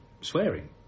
swearing